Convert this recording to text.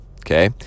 okay